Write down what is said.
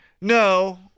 No